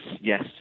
yes